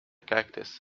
cactus